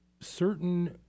certain